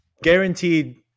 guaranteed